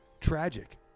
Tragic